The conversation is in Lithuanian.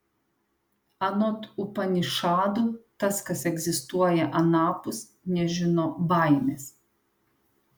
anot upanišadų tas kas egzistuoja anapus nežino baimės